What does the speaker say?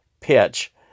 pitch